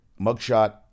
mugshot